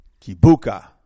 Kibuka